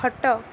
ଖଟ